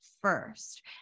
first